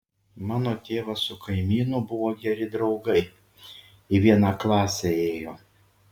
mano tėvas su kaimynu buvo geri draugai į vieną klasę ėjo